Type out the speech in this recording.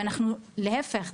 ולהפך,